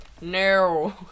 No